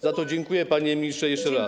Za to dziękuję, panie ministrze, jeszcze raz.